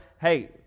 hey